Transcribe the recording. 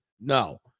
no